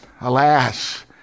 alas